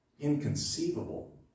inconceivable